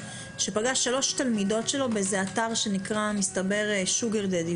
שפגש שלוש תלמידות שלו באתר שנקרא מסתבר שוגר דדי,